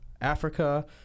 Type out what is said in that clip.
Africa